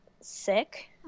sick